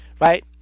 right